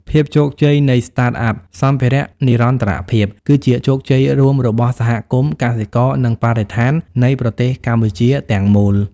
ភាពជោគជ័យនៃ Startup សម្ភារៈនិរន្តរភាព គឺជាជោគជ័យរួមរបស់សហគមន៍ កសិករ និងបរិស្ថាននៃប្រទេសកម្ពុជាទាំងមូល។